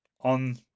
on